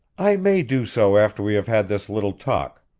i may do so after we have had this little talk.